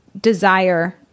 desire